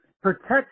protect